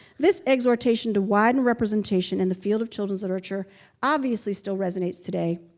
this exhortation to widen representation in the field of children's literature obviously still resonates today.